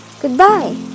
goodbye